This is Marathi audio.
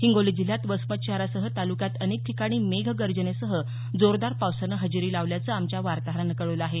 हिंगोली जिल्ह्यात वसमत शहरासह तालुक्यात अनेक ठिकाणी मेघ गर्जनेसह जोरदार पावसानं हजेरी लावल्याचं आमच्या वार्ताहरानं कळवलं आहे